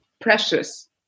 precious